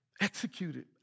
executed